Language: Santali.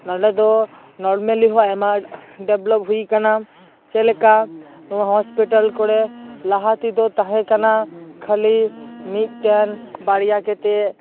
ᱱᱚᱰᱮ ᱫᱚ ᱱᱚᱨᱢᱮᱞᱤ ᱦᱚᱸ ᱟᱭᱢᱟ ᱰᱮᱵᱞᱳᱯ ᱦᱩᱭ ᱟᱠᱟᱱᱟ ᱪᱮᱫ ᱞᱮᱠᱟ ᱱᱚᱣᱟ ᱦᱳᱥᱯᱤᱴᱟᱞ ᱠᱚᱨᱮ ᱞᱟᱦᱟ ᱛᱮᱫᱚ ᱛᱟᱦᱮᱸ ᱠᱟᱱᱟ ᱠᱷᱟᱞᱤ ᱢᱤᱫᱴᱮᱱ ᱵᱟᱨᱭᱟ ᱠᱟᱛᱮᱫ